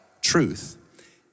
truth